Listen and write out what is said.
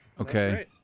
Okay